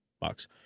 box